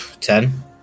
Ten